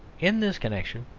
in this connection,